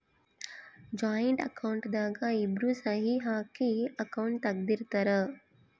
joint account ದಾಗ ಇಬ್ರು ಸಹಿ ಹಾಕಿ ಅಕೌಂಟ್ ತೆಗ್ದಿರ್ತರ್